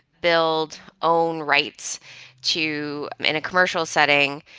build, own rights to in a commercial setting,